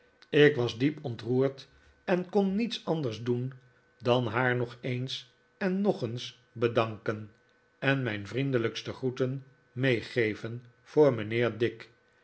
ik was diep ontroerd en kon niets anders doen dan haar nog eens en nog eens bedanken en mijn vriendelijkste groeten meegeven voor mijnheer dick